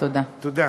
תודה.